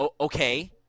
Okay